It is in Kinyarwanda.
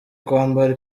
kwambara